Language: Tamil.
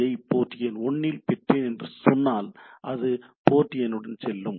ஐ போர்ட் எண் 1 இல் பெற்றேன் என்று சொன்னால் அது அந்த போர்ட் எண்ணுடன் செல்லும்